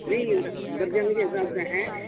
نہیں درجن کے حساب سے ہیں